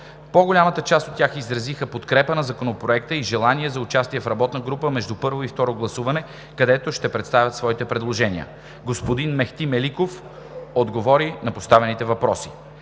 По-голямата част от тях изразиха подкрепа на Законопроекта и желание за участие в работна група между първо и второ гласуване, където ще представят свои предложения. Господин Мехти Меликов отговори на поставени въпроси.